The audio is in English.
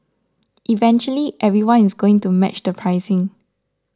eventually everyone is going to match the pricing